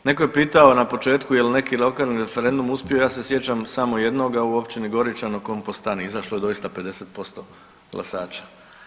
Netko je pitao na početku je li neki lokalni referendum uspio, ja se sjećam samo jednoga u općini Goričan o kompostani, izašlo je doista 50% glasača.